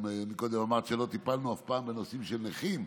גם קודם אמרת שלא טיפלנו אף פעם בנושאים של נכים,